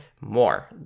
more